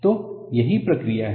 तो यही प्रक्रिया है